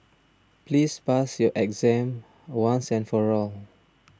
please pass your exam once and for all